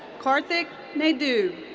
karthik naidu.